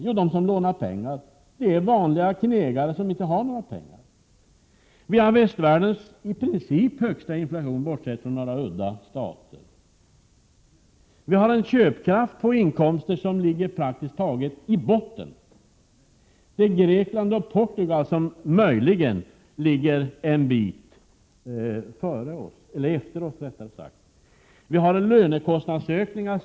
Jo, de som lånar pengar. Det är vanliga knegare som inte har några pengar. Vi har västvärldens i princip högsta inflation, bortsett från några udda stater. När det gäller köpkraften på inkomster ligger Sverige praktiskt taget i botten. Grekland och Portugal ligger möjligen en bit efter oss.